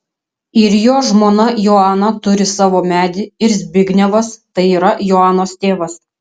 ir jo žmona joana turi savo medį ir zbignevas tai yra joanos tėvas